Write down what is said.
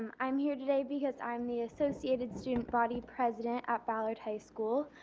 i am here today because i am the associated student body president at ballard high school.